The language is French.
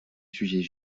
sujets